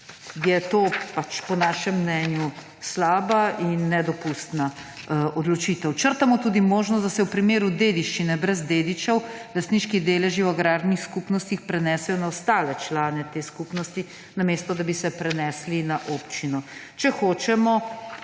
je to po našem mnenju slaba in nedopustna odločitev. Črtamo tudi možnost, da se v primeru dediščine brez dedičev, lastniški deleži v agrarnih skupnostih prenesejo na ostale člane te skupnosti, namesto, da bi se prenesli na občino. Če hočemo